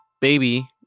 baby